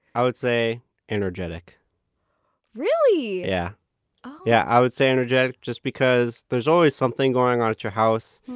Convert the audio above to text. i would say energetic really? yeah yeah i would say energetic just because there's always something going on at your house.